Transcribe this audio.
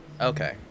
okay